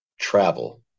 travel